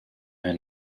who